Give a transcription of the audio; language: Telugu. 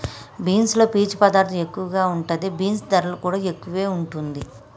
బీన్స్ లో పీచు పదార్ధం ఎక్కువ ఉంటది, బీన్స్ ధరలు కూడా ఎక్కువే వుంటుంది